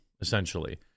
essentially